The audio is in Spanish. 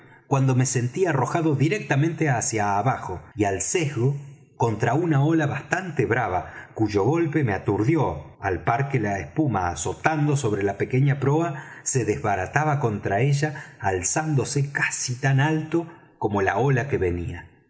cuando me sentí arrojado directamente hacia abajo y al sesgo contra una ola bastante brava cuyo golpe me aturdió al par que la espuma azotando sobre la pequeña proa se desbarataba contra ella alzándose casi tan alto como la ola que venía